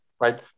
Right